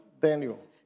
Daniel